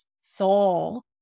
soul